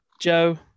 Joe